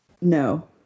no